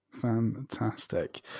Fantastic